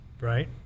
right